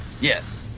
Yes